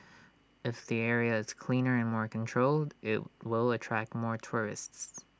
if the area is cleaner and more controlled IT will attract more tourists